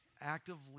actively